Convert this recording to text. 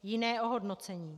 Jiné ohodnocení.